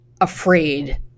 afraid